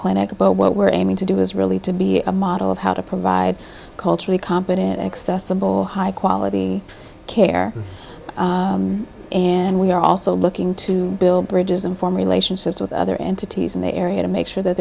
clinic but what we're aiming to do is really to be a model of how to provide culturally competent accessible high quality care and we are also looking to build bridges and form relationships with other entities in the area to make sure that